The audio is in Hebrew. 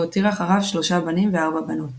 והותיר אחריו שלושה בנים וארבע בנות.